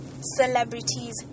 celebrities